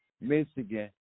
Michigan